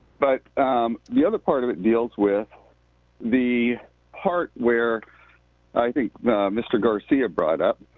but the other part of it deals with the part where i think mr. garcia brought up.